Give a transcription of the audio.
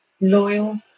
loyal